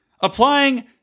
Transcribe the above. Applying